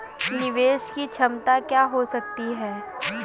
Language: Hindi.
निवेश की क्षमता क्या हो सकती है?